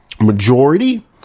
Majority